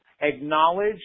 acknowledge